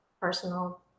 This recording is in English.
personal